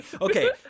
Okay